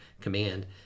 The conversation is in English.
command